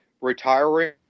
retiring